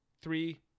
Three